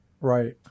Right